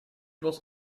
was